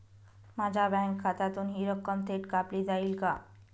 माझ्या बँक खात्यातून हि रक्कम थेट कापली जाईल का?